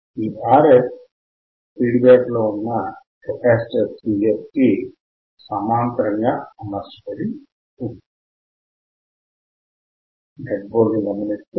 ఈ Rf feedback లో ఉన్న కేపాసిటర్ Cf కి సమాంతరముగా అమర్చబడి ఉన్నది